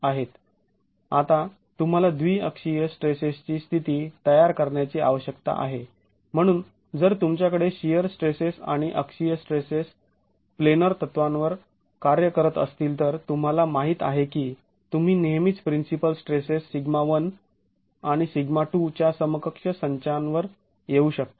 आता तुम्हाला द्विअक्षीय स्ट्रेसेसची स्थिती तयार करण्याची आवश्यकता आहे म्हणून जर तुमच्याकडे शिअर स्ट्रेसेस आणि अक्षीय स्ट्रेसेस प्लेनर तत्त्वांवर कार्य करत असतील तर तुम्हाला माहित आहे की तुम्ही नेहमीच प्रिन्सिपल स्ट्रेसेस σ1 आणि σ2 च्या समकक्ष संचावर येऊ शकता